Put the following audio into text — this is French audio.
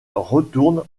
retourne